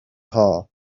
hall